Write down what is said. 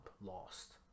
lost